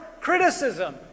criticism